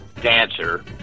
dancer